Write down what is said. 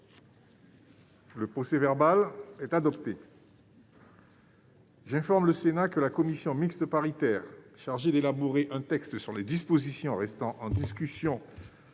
Le procès-verbal est adopté. J'informe le Sénat que la commission mixte paritaire chargée d'élaborer un texte sur les dispositions restant en discussion